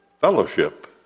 fellowship